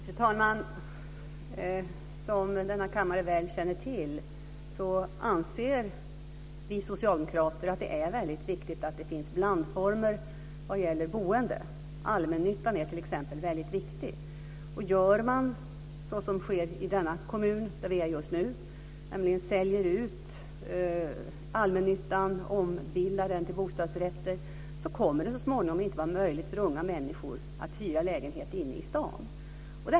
Fru talman! Som kammaren väl känner till anser vi socialdemokrater att det är väldigt viktigt att det finns blandformer när det gäller boende. Allmännyttan är t.ex. väldigt viktig. Om man, så som sker i den kommun där vi är just nu, säljer ut allmännyttan och ombildar den till bostadsrätter, kommer det så småningom inte att vara möjligt för unga människor att hyra lägenheter inne i staden.